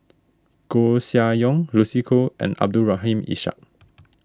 Koeh Sia Yong Lucy Koh and Abdul Rahim Ishak